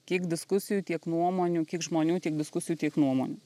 kiek diskusijų tiek nuomonių kiek žmonių tiek diskusijų tiek nuomonių